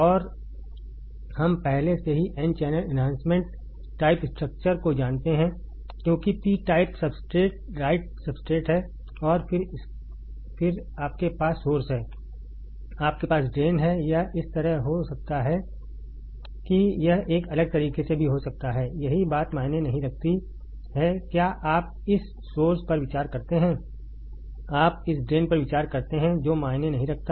और हम पहले से ही N channel enhancement type structure को जानते हैं क्योंकि P type substrate right substrate है और फिर आपके पास सोर्स है आपके पास ड्रेन है यह इस तरह हो सकता है कि यह एक अलग तरीके से भी हो सकता है यही बात मायने नहीं रखती है क्या आप इस सोर्स पर विचार करते हैं आप इस ड्रेन पर विचार करते हैं जो मायने नहीं रखता